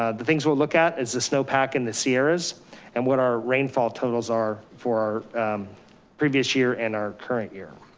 ah the things we'll look at is the snow pack in the sierras and what our rainfall totals are for our previous year and our current year.